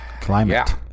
Climate